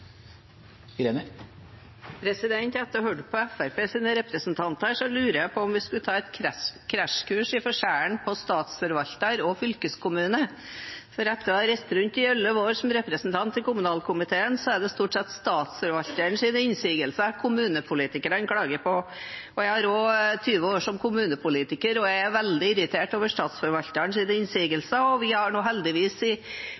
lurer jeg på om vi skulle ta et krasjkurs i forskjellen på statsforvalter og fylkeskommune, for etter å ha reist rundt i elleve år som representant i kommunalkomiteen kan jeg si at det er stort sett Statsforvalterens innsigelser kommunepolitikerne klager på. Jeg har også 20 år som kommunepolitiker, og jeg er veldig irritert over